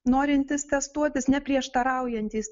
norintys testuotis neprieštaraujantys